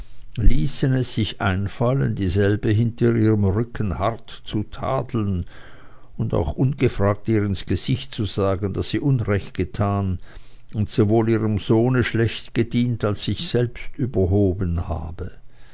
ließen es sich einfallen dieselbe hinter ihrem rücken hart zu tadeln und auch ungefragt ihr ins gesicht zu sagen daß sie unrecht getan und sowohl ihrem sohne schlecht gedient als sich selbst überhoben habe